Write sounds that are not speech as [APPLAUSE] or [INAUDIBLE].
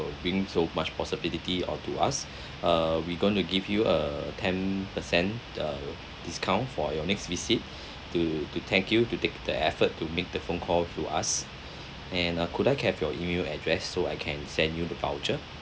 bring so much possibility onto us [BREATH] uh we going to give you a ten percent uh discount for your next visit to to thank you to take the effort to make the phone call to us [BREATH] and uh could I have your email address so I can send you the voucher